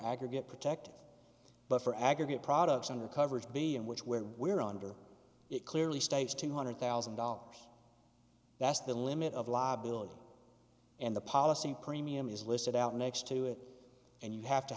aggregate protected but for aggregate products under coverage b in which where we're under it clearly states two hundred thousand dollars that's the limit of liability and the policy premium is listed out next to it and you have to